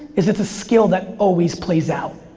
is it's a skill that always plays out,